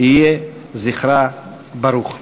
יהי זכרה ברוך.